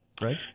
right